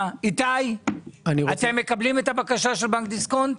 איתי, אתם מקבלים את הבקשה של בנק דיסקונט?